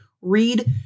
Read